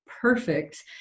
perfect